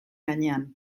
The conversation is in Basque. gainean